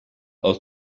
aus